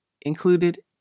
included